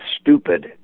stupid